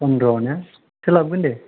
फन्द्र' ना सोलाबगोन दे